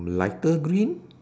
lighter green